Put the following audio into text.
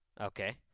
okay